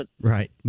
Right